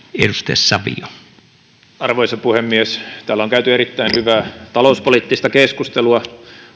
arvoisa puhemies täällä on käyty erittäin hyvää talouspoliittista keskustelua